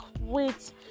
wait